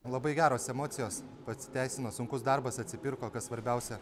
labai geros emocijos pasiteisino sunkus darbas atsipirko kas svarbiausia